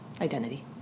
identity